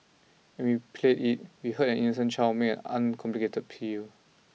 and we played it we heard an innocent child make an uncomplicated peal